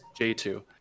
J2